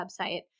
website